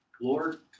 Lord